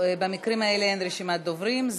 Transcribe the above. בבקשה, אדוני, חמש דקות לרשותך.